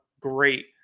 great